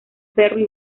perry